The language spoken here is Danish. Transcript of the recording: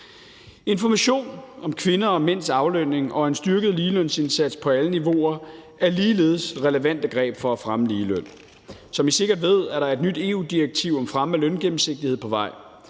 Information om kvinder og mænds aflønning og en styrket ligelønsindsats på alle niveauer er ligeledes relevante greb for at fremme ligeløn. Som I sikkert ved, er der et nyt EU-direktiv om fremme af løngennemsigtighed på vej.